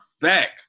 back